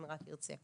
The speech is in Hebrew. אם רק יירצה.